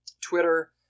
Twitter